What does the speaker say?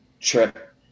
trip